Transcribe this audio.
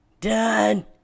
Done